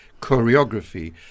Choreography